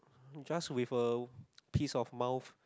just with a piece of mouth